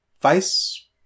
vice